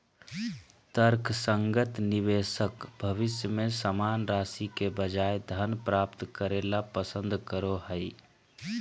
तर्कसंगत निवेशक भविष्य में समान राशि के बजाय धन प्राप्त करे ल पसंद करो हइ